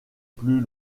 plus